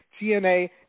TNA